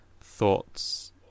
thoughts